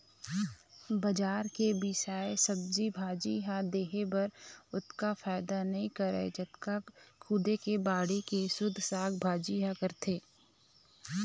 बजार के बिसाए सब्जी भाजी ह देहे बर ओतका फायदा नइ करय जतका खुदे के बाड़ी के सुद्ध साग भाजी ह करथे